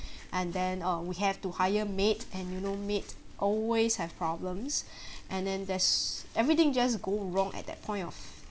and then uh we have to hire maid and you know maid always have problems and then that's everything just go wrong at that point of